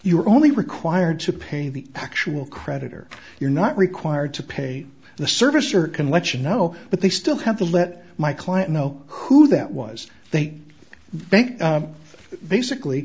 you are only required to pay the actual creditor you're not required to pay the service or can let you know but they still have to let my client know who that was a bank basically